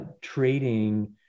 trading